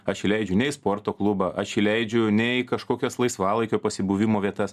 aš įleidžiu ne į sporto klubą aš įleidžiu ne į kažkokias laisvalaikio pasibuvimo vietas